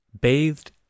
Bathed